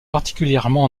particulièrement